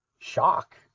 Shock